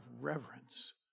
reverence